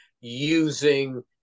using